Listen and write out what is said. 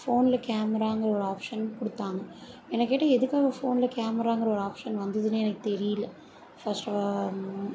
ஃபோன்ல கேமராங்கிற ஒரு ஆப்ஷன் கொடுத்தாங்க என்னை கேட்டால் எதுக்காக ஃபோன்ல கேமராங்கிற ஒரு ஆப்ஷன் வந்துதுன்னே எனக்கு தெரியல ஃபஸ்ட்டு